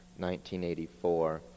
1984